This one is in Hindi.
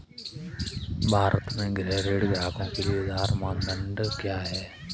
भारत में गृह ऋण ग्राहकों के लिए उधार मानदंड क्या है?